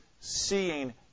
seeing